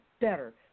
better